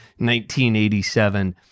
1987